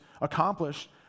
accomplished